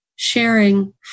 Sharing